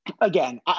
again